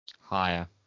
Higher